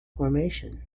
formation